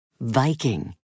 Viking